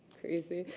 crazy.